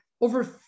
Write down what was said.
over